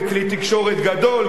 זה כלי תקשורת גדול,